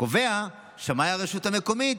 קובע שמאי הרשות המקומית.